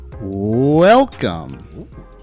Welcome